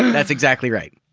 that's exactly right.